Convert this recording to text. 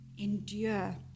Endure